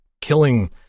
killing